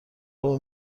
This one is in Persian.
بابا